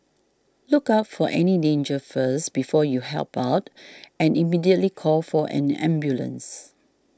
look out for any danger first before you help out and immediately call for an ambulance